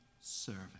serving